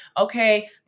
Okay